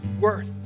worth